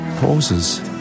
pauses